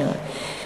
נראה לי.